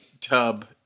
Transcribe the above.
tub